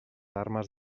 armes